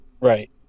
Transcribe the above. Right